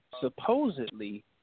supposedly